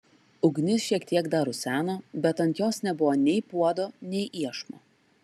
ugnis šiek tiek dar ruseno bet ant jos nebuvo nei puodo nei iešmo